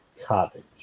cottage